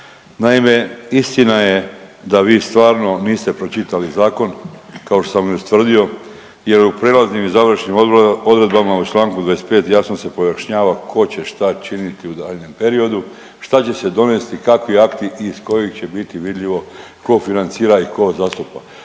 Naime, istina je da vi stvarno niste pročitali zakon kao što sam i ustvrdio, jer u prijelaznim i završnim odredbama u članku 25. jasno se pojašnjava tko će šta činiti u daljnjem periodu, šta će se donesti, kakvi akti iz kojih će biti vidljivo tko financira i tko zastupa.